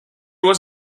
was